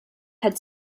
had